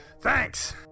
Thanks